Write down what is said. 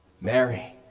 Mary